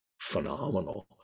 phenomenal